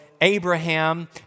Abraham